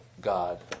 God